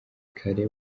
kare